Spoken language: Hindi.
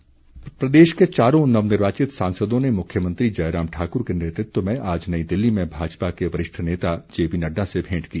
भेंट प्रदेश के चारों नवनिर्वाचित सांसदों ने मुख्यमंत्री जयराम ठाकुर के नेतृत्व में आज नई दिल्ली में भाजपा के वरिष्ठ नेता जेपी नड़डा से भेंट की